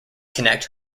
connect